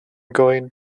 going